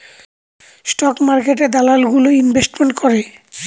stock মার্কেটে দালাল গুলো ইনভেস্টমেন্ট করে